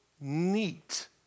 neat